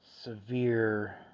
severe